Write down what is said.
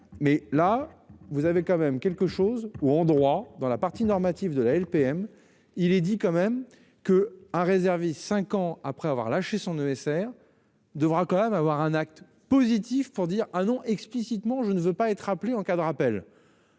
Mais là vous avez quand même quelque chose ou droit dans la partie normatif de la LPM. Il est dit quand même que à réserver. 5 ans après avoir lâché son ESR devra quand même avoir un acte positif pour dire ah non explicitement. Je ne veux pas être appelés en cas de rappel.